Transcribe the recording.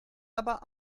aber